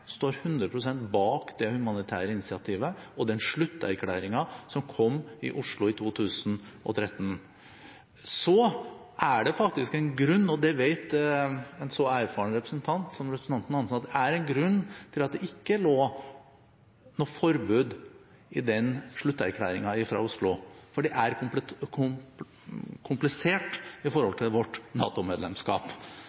står 100 pst. bak det humanitære initiativet og den slutterklæringen som kom i Oslo i 2013. Så er det faktisk en grunn til – og det vet en så erfaren representant som representanten Hansen – at det ikke lå noe forbud i den slutterklæringen fra Oslo, for det er komplisert i forhold til vårt